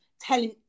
telling